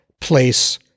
place